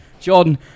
John